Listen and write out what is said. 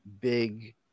big